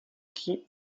keep